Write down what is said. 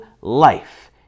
life